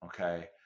Okay